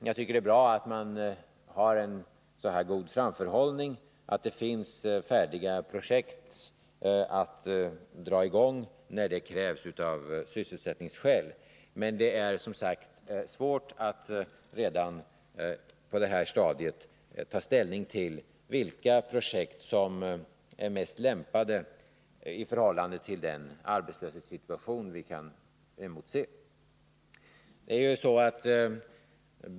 Jag tycker det är bra att man har en så god framförhållning — att det finns färdiga projekt att dra i gång när det krävs av sysselsättningsskäl. Men det är som sagt svårt att redan på det här stadiet ta ställning till vilka projekt som är mest lämpade i förhållande till den arbetslöshetssituation vi kan emotse.